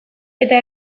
eta